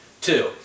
two